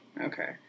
Okay